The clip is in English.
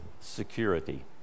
security